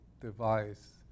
device